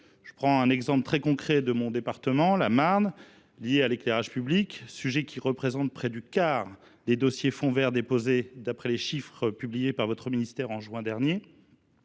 Prenons un exemple très concret, tiré de mon département, la Marne, et lié à l’éclairage public, sujet qui représente près du quart des dossiers du fonds verts, d’après les chiffres publiés par votre ministère en juin dernier.